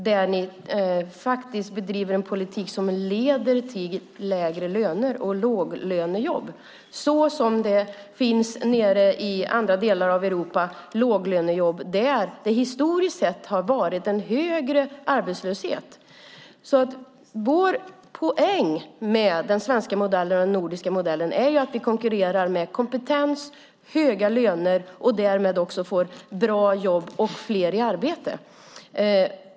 Ni bedriver faktiskt en politik som leder till lägre löner och låglönejobb på samma sätt som det finns låglönejobb i andra delar av Europa där det historiskt sett har varit en högre arbetslöshet. Vår poäng med den svenska modellen och den nordiska modellen är att vi konkurrerar med kompetens och höga löner och därmed också får bra jobb och fler i arbete.